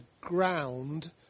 ground